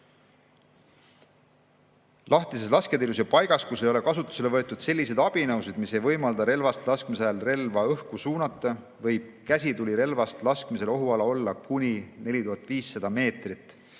Lahtises lasketiirus ja ‑paigas, kus ei ole kasutusele võetud selliseid abinõusid, mis ei võimalda relvast laskmise ajal relva õhku suunata, võib käsitulirelvast laskmisel ohuala olla kuni 4500 meetrit,